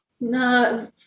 No